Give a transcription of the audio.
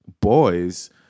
boys